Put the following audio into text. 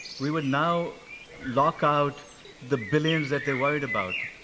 we would now lock out the billions that they're worried about.